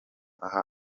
aha